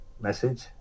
message